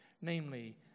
namely